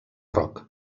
roc